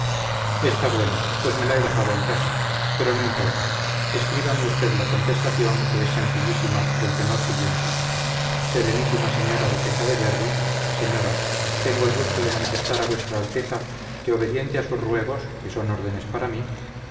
está bueno pues me la he dejado en casa pero no importa escríbame usted la contestación que es sencillísima del tenor siguiente serenísima señora duquesa de berry señora tengo el gusto de manifestar a vuestra alteza que obediente a sus ruegos que son órdenes para mí